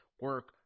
Work